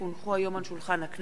כי הונחו היום על שולחן הכנסת,